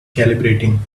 calibrating